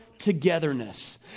togetherness